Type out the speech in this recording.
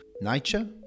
nature